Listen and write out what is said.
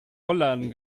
rollladen